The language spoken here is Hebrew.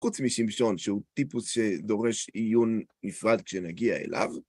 חוץ משמשון, שהוא טיפוס שדורש עיון נפרד כשנגיע אליו.